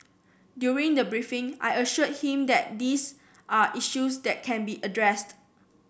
during the briefing I assured him that these are issues that can be addressed